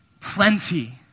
plenty